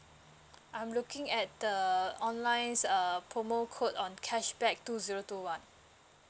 I'm looking at the online's err promo code on cashback two zero two one